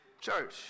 church